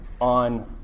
on